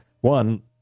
One